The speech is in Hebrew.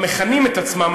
המכנים את עצמם,